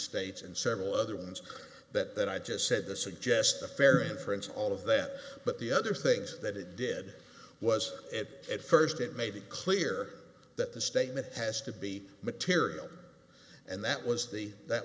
states and several other ones that that i just said the suggest the fair inference all of that but the other things that it did was it at first it made it clear that the statement has to be material and that was the that